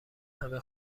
همه